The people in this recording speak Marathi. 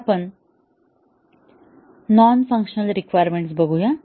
तर आपण नॉन फंक्शनल रिक्वायरमेंट्स बघू या